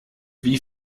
wie